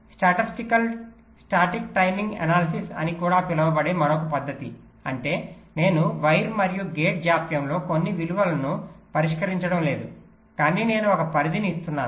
statistical static timing analysis statistical static timing analysis అని కూడా పిలువబడే మరొక పద్ధతి అంటే నేను వైర్ మరియు గేట్ జాప్యంలో కొన్ని విలువలను పరిష్కరించడం లేదు కానీ నేను ఒక పరిధిని ఇస్తున్నాను